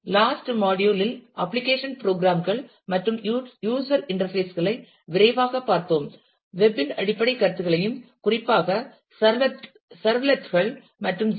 last module இல் application program programsகள் மற்றும் யூஸர் இன்டர்பேஸ் களை விரைவாகப் பார்த்தோம் வெப் இன் அடிப்படைக் கருத்துகளையும் குறிப்பாக சர்வ்லெட் கள் மற்றும் ஜே